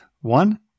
one